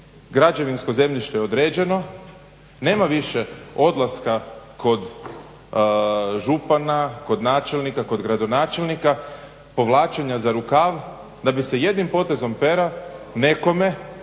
Građevinsko zemljište je određeno. Nema više odlaska kod župana, kod načelnika, kod gradonačelnika, povlačenja za rukav da bi se jednim potezom pera nekome,